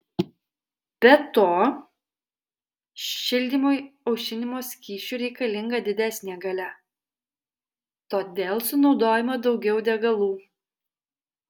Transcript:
be to šildymui aušinimo skysčiu reikalinga didesnė galia todėl sunaudojama daugiau degalų